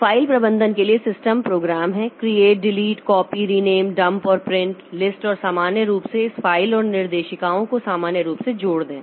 तो फ़ाइल प्रबंधन के लिए सिस्टम प्रोग्राम हैं create delete copy rename dump और प्रिंट लिस्ट और सामान्य रूप से इस फाइल और निर्देशिकाओं को सामान्य रूप से जोड़ दें